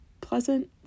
pleasant